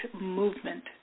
movement